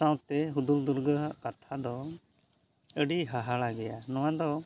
ᱥᱟᱶᱛᱮ ᱦᱩᱫᱩᱲ ᱫᱩᱨᱜᱟᱹ ᱟᱜ ᱠᱟᱛᱷᱟ ᱫᱚ ᱟᱹᱰᱤ ᱦᱟᱦᱟᱲᱟ ᱜᱮᱭᱟ ᱱᱚᱣᱟ ᱫᱚ